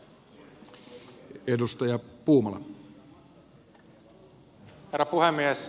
herra puhemies